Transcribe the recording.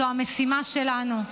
זו המשימה שלנו.